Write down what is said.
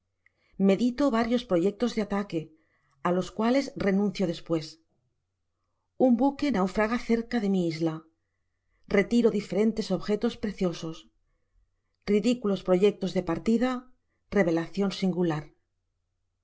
medito varios proyectos de ataque á los cuales renuncio despues un buque naufraga cerca de rai isla retiro diferentes objetos preciosos ridiculos proyectos de partida revelacion